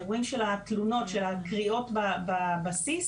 האירועים של התלונות על הקריאות בבסיס,